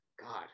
god